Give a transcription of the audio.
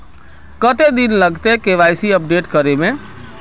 कते दिन लगते के.वाई.सी अपडेट करे में?